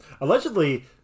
Allegedly